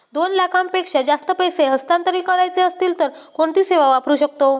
दोन लाखांपेक्षा जास्त पैसे हस्तांतरित करायचे असतील तर कोणती सेवा वापरू शकतो?